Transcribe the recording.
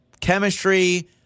chemistry